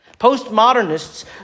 Postmodernists